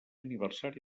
aniversari